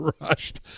rushed